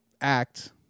act